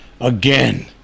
again